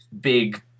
big